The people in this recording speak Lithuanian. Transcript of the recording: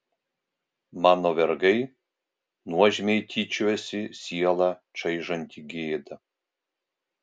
mano vergai nuožmiai tyčiojasi sielą čaižanti gėda